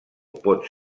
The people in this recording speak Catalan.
pot